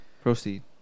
Proceed